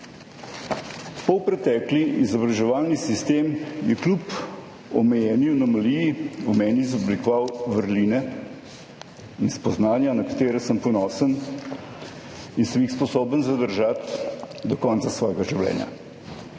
Polpretekli izobraževalni sistem je kljub omejeni anomaliji v meni izoblikoval vrline in spoznanja, na katera sem ponosen in sem jih sposoben zadržati do konca svojega življenja,